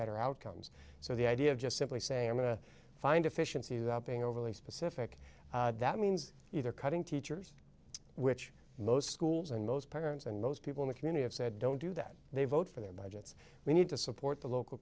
better outcomes so the idea of just simply saying i'm going to find efficiencies up being overly specific that means either cutting teachers which most schools and most parents and most people in the community have said don't do that they vote for their budgets we need to support the local